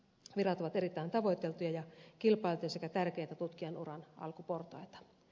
virat ovat erittäin tavoiteltuja ja kilpailtuja sekä tärkeitä tutkijan uran alkuportaita